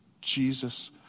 Jesus